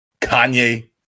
Kanye